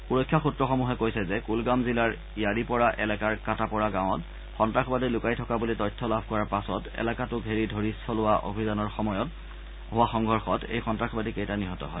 সুৰক্ষা সূএসমূহে কৈছে যে কুলগাম জিলাৰ য়াৰিপ'ৰা এলেকাৰ কাটাপ'ৰা গাঁৱত সন্তাসবাদী লুকাই থকা বুলি তথ্য লাভ কৰাৰ পাছত এলেকাটো ঘেৰি ধৰি চলোৱা অভিযানৰ সময়ত হোৱা সংঘৰ্ষত এই সন্নাসবাদী কেইটা নিহত হয়